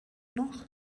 noch